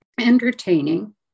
entertaining